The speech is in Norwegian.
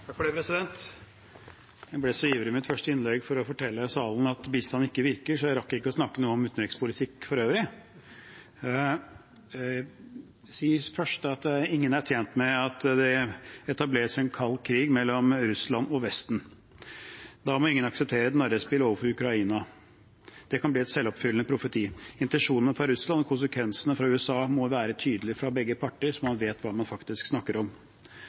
ivrig i mitt første innlegg etter å fortelle salen at bistand ikke virker, at jeg ikke rakk å snakke noe om utenrikspolitikk for øvrig. Jeg vil først si at ingen er tjent med at det etableres en kald krig mellom Russland og Vesten. Da må ingen akseptere et narrespill overfor Ukraina. Det kan bli en selvoppfyllende profeti. Intensjonene fra Russland og konsekvensene fra USA må være tydelige fra begge parter, så man vet hva man faktisk snakker om.